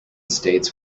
states